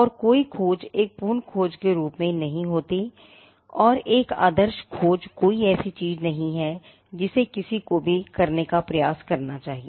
और कोई खोज एक पूर्ण खोज के रूप में नहीं है और एक आदर्श खोज कोई ऐसी चीज नहीं है जिसे किसी को भी करने का प्रयास करना चाहिए